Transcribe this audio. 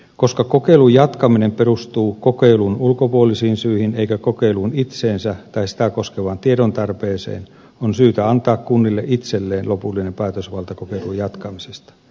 koska kokeilun jatkaminen perustuu kokeilun ulkopuolisiin syihin eikä kokeiluun itseensä tai sitä koskevaan tiedontarpeeseen on syytä antaa kunnille itselleen lopullinen päätösvalta kokeilun jatkamisesta